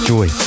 Joy